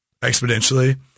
exponentially